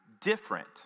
different